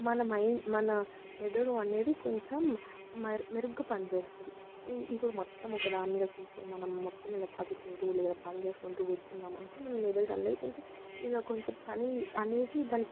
మన మైండ్ మన మెదడు అనేది కొంచెం మ మెరుగ్గా పనిచేస్తుంది ఇప్పుడు మొత్తం ఒక దాని మీద కూర్చుని మనం మొత్తం ఇలా చదువుకుంటూ లేదా పని చేసుకుంటూ కూర్చున్నాం అంటే మన మెదడు అనేది కొంచెం ఇలా కొంచెం పని అనేది దాని